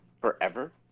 forever